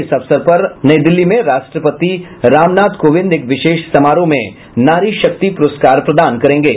इस अवसर पर आज नई दिल्ली में राष्ट्रपति रामनाथ कोविंद एक विशेष समारोह में नारी शक्ति पुरस्कार प्रदान करेंगे